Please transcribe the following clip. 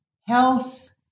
health